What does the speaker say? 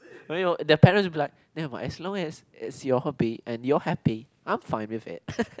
you know their parents will be like as long as it's your hobby and you're happy I'm fine with it